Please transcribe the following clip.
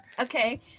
Okay